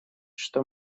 что